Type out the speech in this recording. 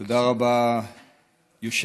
תודה רבה, היושבת-ראש.